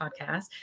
podcast